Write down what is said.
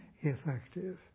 effective